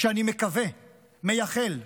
ואני מקווה, מייחל,